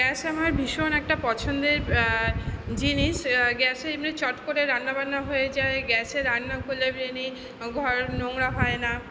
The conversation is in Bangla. গ্যাস আমার ভীষণ একটা পছন্দের জিনিস গ্যাসে এমনি চট করে রান্নাবান্না হয়ে যায় গ্যাসে রান্না করলে ঘর নোংরা হয় না